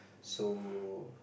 so